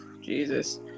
Jesus